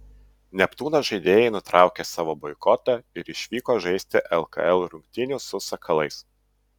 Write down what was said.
neptūno žaidėjai nutraukė savo boikotą ir išvyko žaisti lkl rungtynių su sakalais